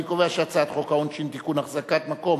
אני קובע שהצעת חוק העונשין (תיקון, אחזקת מקום